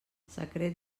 secret